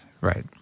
Right